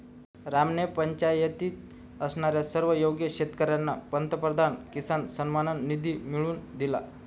रामने पंचायतीत असणाऱ्या सर्व योग्य शेतकर्यांना पंतप्रधान किसान सन्मान निधी मिळवून दिला